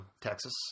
Texas